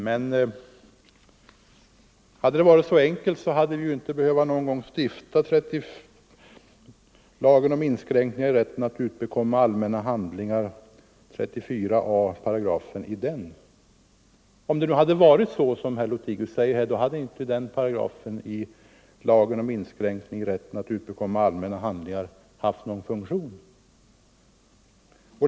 Men hade det varit så enkelt hade vi inte behövt stifta 34 a § i lagen om inskränkningar i rätten att utbekomma allmänna handlingar. Om det förhållit sig som herr Lothigius säger hade den paragrafen inte haft någon funktion.